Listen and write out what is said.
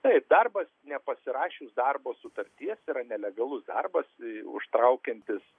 taip darbas nepasirašius darbo sutarties yra nelegalus darbas užtraukiantis